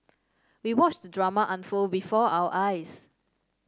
we watched the drama unfold before our eyes